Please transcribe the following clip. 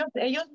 ellos